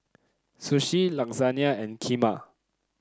Sushi Lasagna and Kheema